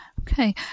Okay